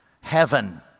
heaven